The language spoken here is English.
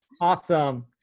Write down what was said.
Awesome